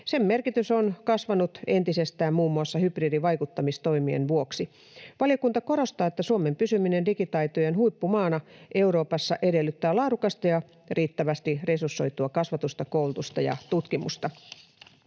Sen merkitys on kasvanut entisestään muun muassa hybridivaikuttamistoimien vuoksi. Valiokunta korostaa, että Suomen pysyminen digitaitojen huippumaana Euroopassa edellyttää laadukasta ja riittävästi resursoitua kasvatusta, koulutusta ja tutkimusta.